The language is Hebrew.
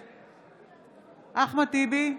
נגד אחמד טיבי,